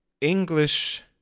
English